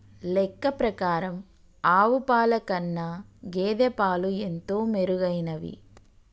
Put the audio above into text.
లెక్క ప్రకారం ఆవు పాల కన్నా గేదె పాలు ఎంతో మెరుగైనవి